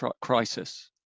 crisis